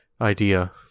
idea